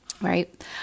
Right